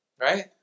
right